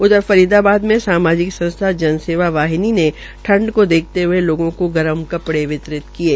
उधर फरीदाबाद में सामाजिक संस्था जन सेवावाहिनी ने ठंड को देखते हये लोगों को गर्म कपड़े वितरित किये